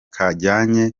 kajyanye